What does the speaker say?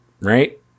right